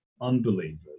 unbelievers